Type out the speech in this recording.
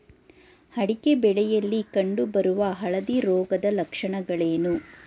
ಅಡಿಕೆ ಬೆಳೆಯಲ್ಲಿ ಕಂಡು ಬರುವ ಹಳದಿ ರೋಗದ ಲಕ್ಷಣಗಳೇನು?